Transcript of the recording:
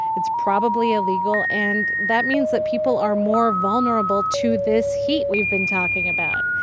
it's probably illegal. and that means that people are more vulnerable to this heat we've been talking about.